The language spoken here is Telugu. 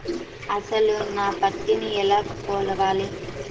అసలు నా పత్తిని ఎలా కొలవాలి?